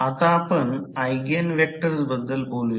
आता आपण again vectors बद्दल बोलूया